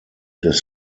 des